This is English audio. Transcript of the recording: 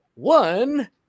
One